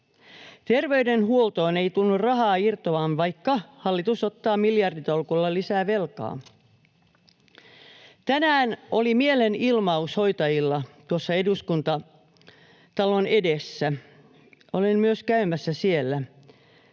Terveydenhuoltoon ei tunnu rahaa irtoavan, vaikka hallitus ottaa miljarditolkulla lisää velkaa. Tänään oli mielenilmaus hoitajilla tuossa Eduskuntatalon edessä. Olin myös käymässä siellä,